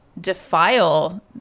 defile